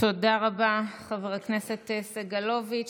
תודה רבה, חבר הכנסת סגלוביץ'.